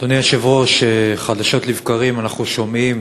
חדשות לבקרים אנחנו שומעים